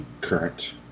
current